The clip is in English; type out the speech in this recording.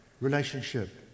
relationship